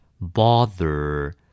bother